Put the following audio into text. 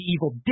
Evil